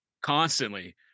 constantly